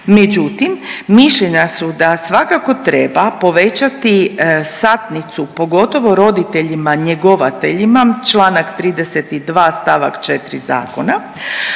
međutim mišljenja su da svakako treba povećati satnicu, pogotovo roditeljima njegovateljima čl. 32. st. 4. zakona.